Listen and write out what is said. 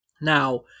Now